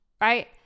right